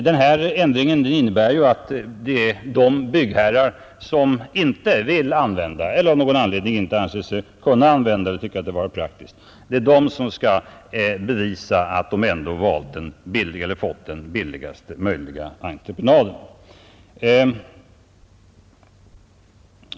Den här ändringen innebär att de byggherrar som inte vill använda eller av någon anledning inte anser sig kunna använda anbudsförfarandet skall bevisa att de ändå fått den billigaste möjliga entreprenaden.